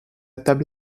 table